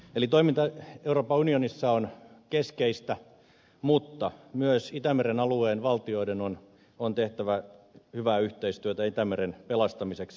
eli toiminta euroopan unionissa on keskeistä mutta myös itämeren alueen valtioiden on tehtävä hyvää yhteistyötä itämeren pelastamiseksi